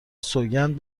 سوگند